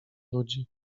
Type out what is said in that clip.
ludzi